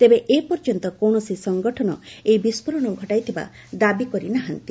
ତେବେ ଏପର୍ଯ୍ୟନ୍ତ କୌଣସି ସଙ୍ଗଠନ ଏହି ବିସ୍କୋରଣ ଘଟାଇଥିବା ଦାବି କରି ନାହାନ୍ତି